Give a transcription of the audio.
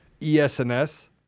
ESNS